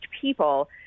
people